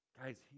Guys